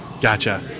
gotcha